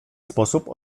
sposób